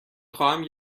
خواهم